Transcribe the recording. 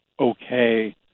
okay